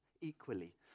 equally